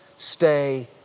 stay